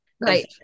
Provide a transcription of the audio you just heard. right